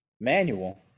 manual